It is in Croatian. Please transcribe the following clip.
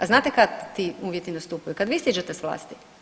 A znate kad ti uvjeti nastupaju kad vi siđete s vlasti.